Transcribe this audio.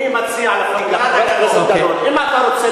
אני מציע לחבר הכנסת דנון, אם אתה רוצה,